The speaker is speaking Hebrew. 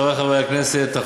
חברי חברי הכנסת,